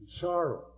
sorrow